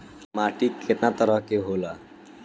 माटी केतना तरह के होला?